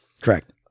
Correct